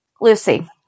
Lucy